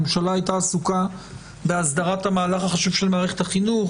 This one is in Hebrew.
הממשלה הייתה עסוקה בהסדרת המהלך החשוב של מערכת החינוך.